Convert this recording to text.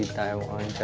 taiwan,